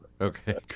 Okay